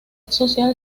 social